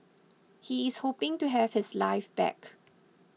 he is hoping to have his life back